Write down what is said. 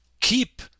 keep